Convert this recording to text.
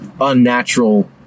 unnatural